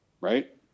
right